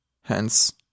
hence